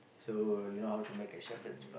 so you know how to make a Shepherd's-Pie